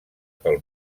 pel